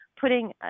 putting